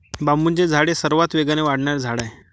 बांबूचे झाड हे सर्वात वेगाने वाढणारे झाड आहे